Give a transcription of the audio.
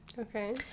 Okay